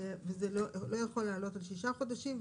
וזה לא יכול לעלות על שישה חודשים,